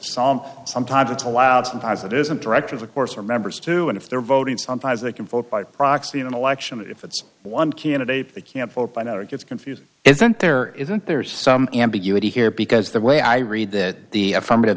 some sometimes it's allowed sometimes it isn't directors of course are members too and if they're voting sometimes they can vote by proxy in an election that if it's one candidate they can't fold by now it gets confusing isn't there isn't there some ambiguity here because the way i read that the eff